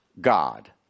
God